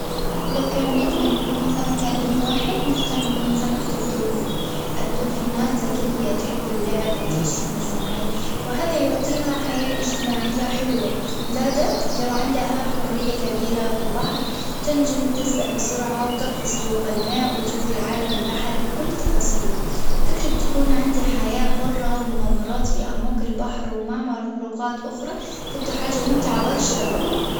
لو كان نجم نكون سمكة ليوم واحد نختار نكون سمكة الدولفين، الدولفينات ذكية تحب اللعب وتعيش في مجموعات، وهذا يعطيها حياة اجتماعية حلوة، زادة لوعندها حرية كبيرة في البحر تنجم تسبح بسرعة وتقفز فوق الماء وتشوف العالم البحري بكل تفاصيله، فكرة تكون عندي حياة حرة ومغامرات في أعماق البحر ومعمل خروقات أخرى تبقى حاجة ممتعة برشا.